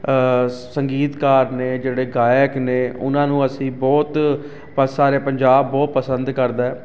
ਸੰਗੀਤਕਾਰ ਨੇ ਜਿਹੜੇ ਗਾਇਕ ਨੇ ਉਨ੍ਹਾਂ ਨੂੰ ਅਸੀਂ ਬਹੁਤ ਪ ਸਾਰੇ ਪੰਜਾਬ ਬਹੁਤ ਪਸੰਦ ਕਰਦਾ